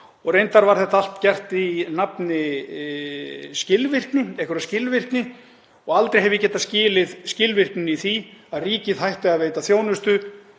Reyndar var þetta allt gert í nafni skilvirkni, einhverrar skilvirkni, og aldrei hef ég getað skilið skilvirkni í því að ríkið hætti að veita þjónustu,